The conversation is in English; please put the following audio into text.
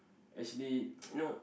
actually you know